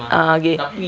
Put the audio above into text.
ah okay